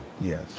Yes